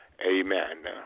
Amen